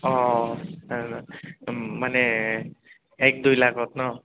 অঁ মানে এক দুই লাখত ন